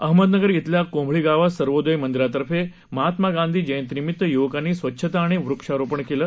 अहमदनगर इथल्या कोंभळी गावात सर्वोदय मंदिरामध्ये महात्मा गांधी जयंतीनिमित्त युवकांनी स्वछता आणि वृक्षारोपण केलं